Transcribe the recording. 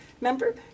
Remember